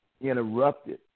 interrupted